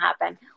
happen